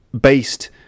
based